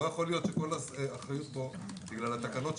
לא יכול להיות שכל האחריות פה בגלל התקנות,